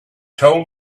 told